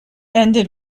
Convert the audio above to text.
ended